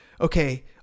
okay